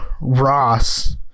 Ross